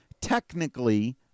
technically